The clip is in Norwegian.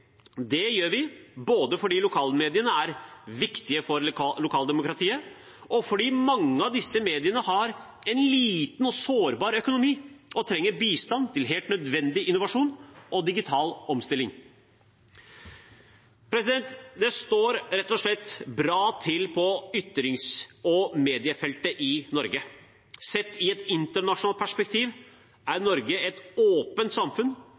Det gjør vi både fordi lokalmediene er viktige for lokaldemokratiet, og fordi mange av disse mediene har en liten og sårbar økonomi og trenger bistand til helt nødvendig innovasjon og digital omstilling. Det står rett og slett bra til på ytrings- og mediefeltet i Norge. Sett i et internasjonalt perspektiv er Norge et åpent samfunn,